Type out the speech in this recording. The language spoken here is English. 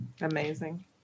Amazing